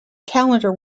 calendar